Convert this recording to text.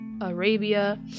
Arabia